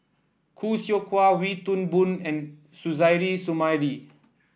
Khoo Seow Hwa Wee Toon Boon and Suzairhe Sumari